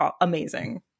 amazing